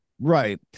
right